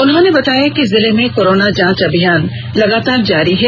उन्होंने बताया कि जिले में कोरोना जांच अभियान लगातार जारी है